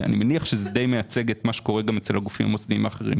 אני מניח שזה די מייצג את מה שקורה גם אצל הגופים המוסדיים האחרים.